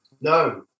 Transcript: No